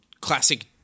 classic